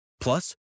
Plus